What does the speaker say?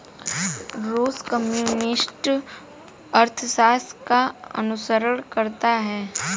रूस कम्युनिस्ट अर्थशास्त्र का अनुसरण करता है